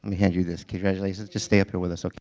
hand you this. congratulations. just stay up here with us, okay.